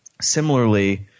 Similarly